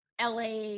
LA